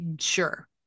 sure